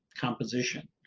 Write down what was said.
composition